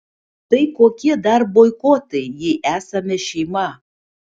tai kokie dar boikotai jei esame šeima